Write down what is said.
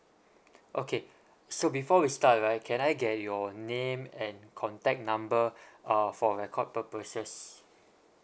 okay so before we start right can I get your name and contact number uh for record purposes